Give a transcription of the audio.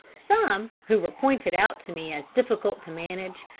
some, who were pointed out to me as difficult to manage,